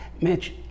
Mitch